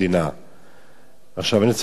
עכשיו, אני רוצה לומר שיש רשימה ארוכה.